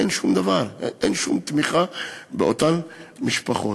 אין שום דבר, אין שום תמיכה באותן משפחות.